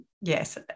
yes